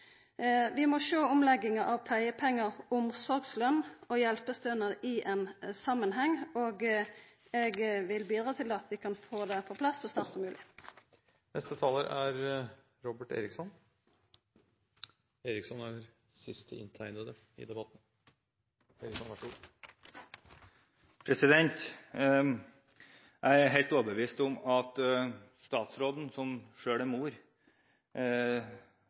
Vi må sjå omlegginga av pleiepengar, omsorgslønn og hjelpestønad i ein samanheng, og eg vil bidra til at vi kan få det på plass så snart som mogleg. Jeg er helt overbevist om at statsråden, som selv er mor,